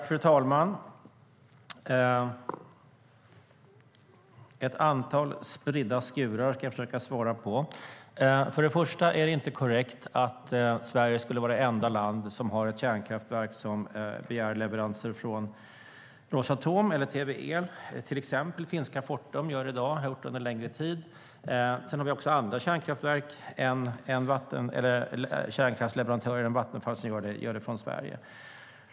Fru talman! Det är ett antal spridda skurar. Jag ska försöka svara. Först och främst är det inte korrekt att Sverige skulle vara det enda land som har ett kärnkraftverk som begär leveranser från Rosatom eller Tvel. Till exempel gör finska Fortum det i dag, och man har gjort det under en längre tid. Det är också andra kärnkraftsleverantörer än Vattenfall som gör det från Sverige.